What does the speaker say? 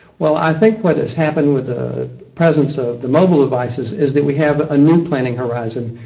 well, i think what as happened with the presence of the mobile devices is that we have a new planning horizon.